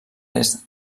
est